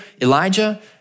Elijah